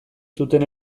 zuten